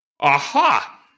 Aha